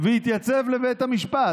והתייצב בבית המשפט,